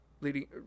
Leading